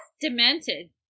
demented